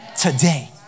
today